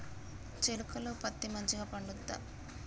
చేలుక లో పత్తి మంచిగా పండుద్దా?